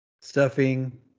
stuffing